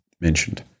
mentioned